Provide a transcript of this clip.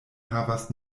havas